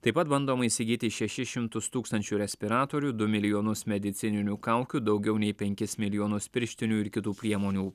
taip pat bandoma įsigyti šešis šimtus tūkstančių respiratorių du milijonus medicininių kaukių daugiau nei penkis milijonus pirštinių ir kitų priemonių